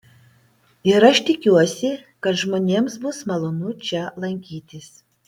ir aš tikiuosi kad žmonėms bus malonu čia lankytis